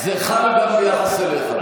זה חל גם ביחס אליך.